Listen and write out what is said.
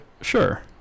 Sure